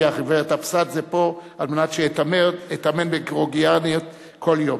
הגברת אבסדזה פה כדי שאתאמן בגאורגיאנית כל יום.